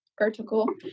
article